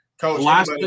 Coach